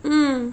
mm